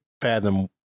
fathom